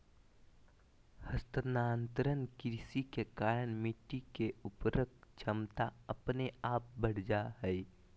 स्थानांतरण कृषि के कारण मिट्टी के उर्वरक क्षमता अपने आप बढ़ जा हय